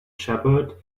shepherd